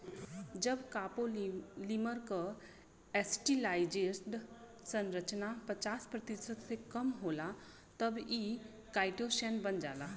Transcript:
जब कॉपोलीमर क एसिटिलाइज्ड संरचना पचास प्रतिशत से कम होला तब इ काइटोसैन बन जाला